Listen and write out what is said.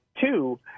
two